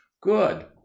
good